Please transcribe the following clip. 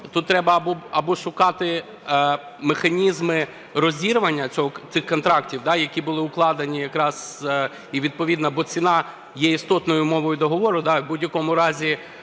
тут треба або шукати механізми розірвання цих контрактів, які були укладені якраз і відповідно, бо ціна є істотною умовою договору, і в будь-якому разі